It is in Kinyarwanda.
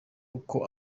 uko